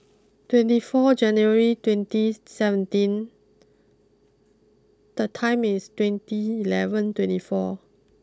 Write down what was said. twenty four January twenty seventeen the time is twenty eleven twenty four